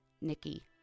Nikki